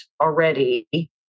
already